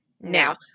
now